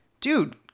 dude